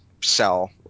sell